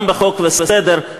גם בחוק וסדר,